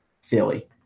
Philly